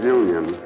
union